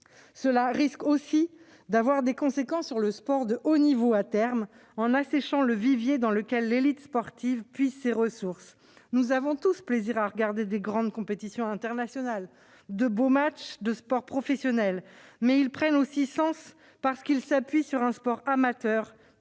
terme, d'avoir des conséquences sur le sport de haut niveau, en asséchant le vivier dans lequel l'élite sportive puise ses ressources. Nous avons tous plaisir à regarder de grandes compétitions internationales, de beaux matchs de sport professionnel, mais ceux-ci prennent sens parce qu'ils s'appuient sur un sport amateur et